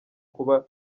kuba